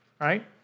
right